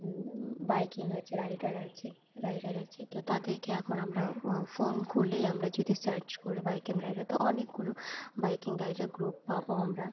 biking আছে rider আছে rider আছে তো তাদেরকে এখন আমরা ফোন খুলেই আমরা যদি সার্চ করি বাইকিং রাইডার তো অনেকগুলো বাইকিং রাইডার গ্রুপ পাবো আমরা